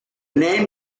name